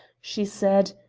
she said,